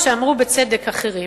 אף-על-פי שאמרו, בצדק, אחרים,